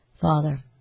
Father